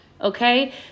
Okay